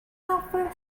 offer